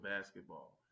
basketball